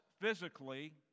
physically